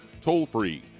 toll-free